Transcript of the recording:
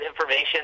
information